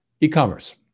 e-commerce